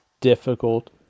difficult